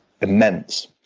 immense